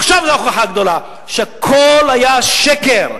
עכשיו זה ההוכחה הגדולה שהכול היה שקר.